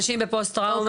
נשים בפוסט טראומה,